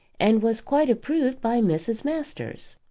and was quite approved by mrs. masters.